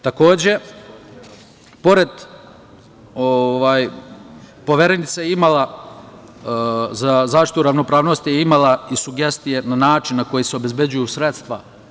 Takođe, Poverenica za zaštitu ravnopravnosti je imala i sugestije na način na koji se obezbeđuju sredstva.